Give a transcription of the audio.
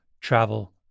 travel